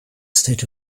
state